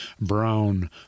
brown